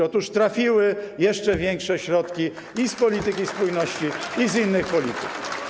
Otóż trafiły jeszcze większe środki i z polityki spójności, i z innych polityk.